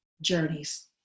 journeys